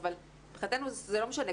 אבל מבחינתנו זה לא משנה,